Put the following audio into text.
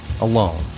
alone